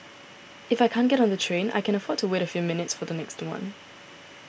if I can't get on the train I can afford to wait a few minutes for the next one